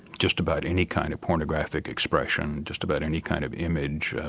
just about any kind of pornographic expression, just about any kind of image,